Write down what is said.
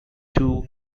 two